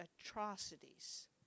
atrocities